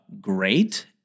great